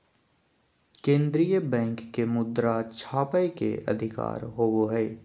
केन्द्रीय बैंक के मुद्रा छापय के अधिकार होवो हइ